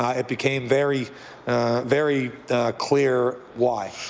ah it became very very clear why.